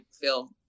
feel